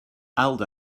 aldo